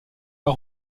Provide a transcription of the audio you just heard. pas